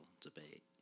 debate